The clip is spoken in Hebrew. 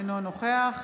אינו נוכח